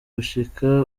gushika